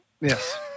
yes